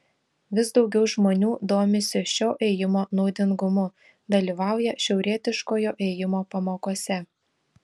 vis daugiau žmonių domisi šio ėjimo naudingumu dalyvauja šiaurietiškojo ėjimo pamokose